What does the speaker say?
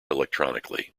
electronically